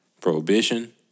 Prohibition